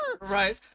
Right